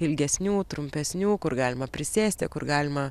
ilgesnių trumpesnių kur galima prisėsti kur galima